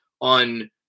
on